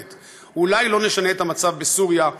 אולי לא נשנה את המצב בסוריה,